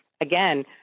again